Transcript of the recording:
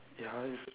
ya it's